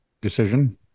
decision